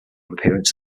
appearance